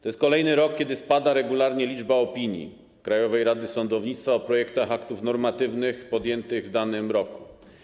To jest kolejny rok, kiedy spada regularnie liczba opinii Krajowej Rady Sądownictwa o projektach aktów normatywnych podjętych w danym roku.